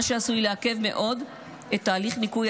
מה שעשוי לעכב מאוד את תהליך ניקוי